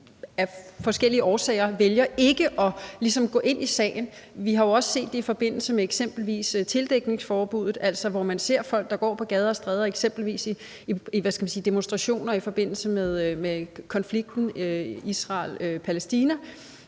af forskellige årsager. Vi har også set det i forbindelse med eksempelvis tildækningsforbuddet. Der ser man folk gå på gader og stræder, eksempelvis til demonstrationer i forbindelse med Israel-Palæstina-konflikten,